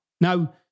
Now